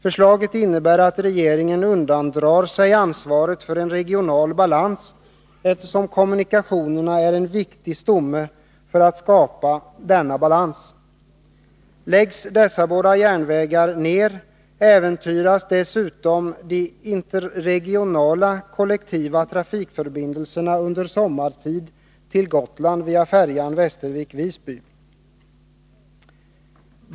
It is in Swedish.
Förslaget innebär att regeringen undandrar sig ansvaret för en regional balans, eftersom kommunikationerna är en viktig stomme när det gäller att skapa denna balans.